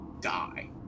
die